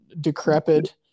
decrepit